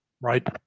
right